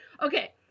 Okay